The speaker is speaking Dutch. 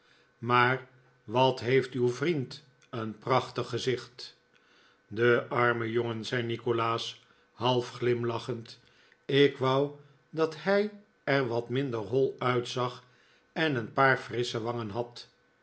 maar wat heeft uw vriend een prachtig gezicht de arme jongen zei nikolaas half glimlachend ik wou dat hij er wat minder hoi uitzag en een paar frissche wangen had